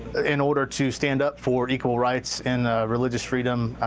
in order to stand up for equal rights and religious freedom